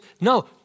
no